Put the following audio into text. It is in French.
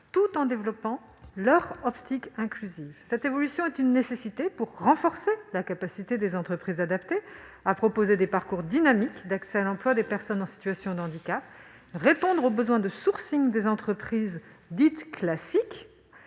tout en développant leur dimension inclusive. Cette évolution est une nécessité si l'on veut renforcer la capacité des entreprises adaptées à proposer des parcours dynamiques d'accès à l'emploi des personnes en situation de handicap, à répondre aux besoins de des entreprises dites « classiques